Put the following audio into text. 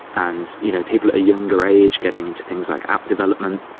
and you know people at a younger age getting into things like app development,